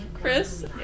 Chris